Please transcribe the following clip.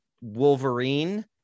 Wolverine